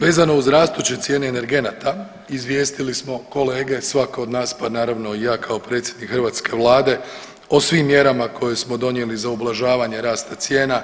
Vezano uz rastuće cijene energenata izvijestili smo kolega svako od nas, pa naravno i ja kao predsjednik hrvatske Vlade o svim mjerama koje smo donijeli za ublažavanje rasta cijena